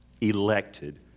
elected